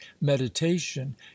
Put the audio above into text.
meditation